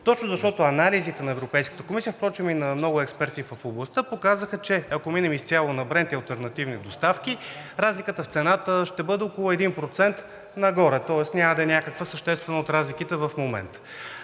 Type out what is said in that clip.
Точно защото анализите на Европейската комисия, а и на много експерти в областта показаха, че ако минем изцяло на Брент и алтернативни доставки, разликата в цената ще бъде около 1% нагоре, тоест няма да е някаква съществена от разликите в момента.